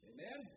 Amen